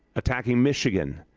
attacking michigan,